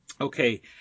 Okay